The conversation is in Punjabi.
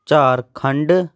ਝਾਰਖੰਡ